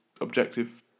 objective